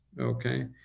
okay